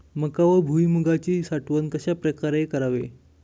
मका व भुईमूगाची साठवण कशाप्रकारे करावी?